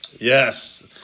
Yes